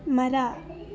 ಮರ